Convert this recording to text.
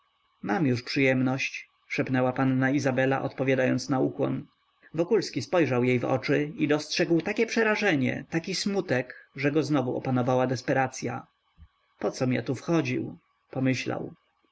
mam już przyjemność szepnęła panna izabela odpowiadając na ukłon wokulski spojrzał jej w oczy i dostrzegł takie przerażenie taki smutek że go znowu opanowała desperacya pocom ja tu wchodził pomyślał